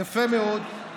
יפה מאוד.